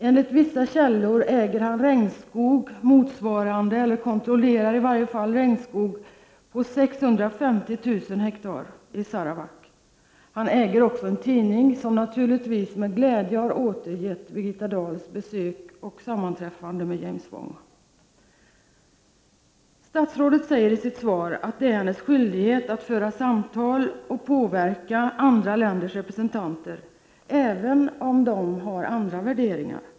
Enligt vissa källor äger han eller åtminstone kontrollerar han regnskog på 650 000 hektar i Sarawak. Han äger också en tidning, som naturligtvis med glädje har återgivit Birgitta Dahls besök och sammanträffande med James Wong. Statsrådet säger i sitt svar att det är hennes skyldighet att föra samtal och påverka andra länders representanter även om de har andra värderingar.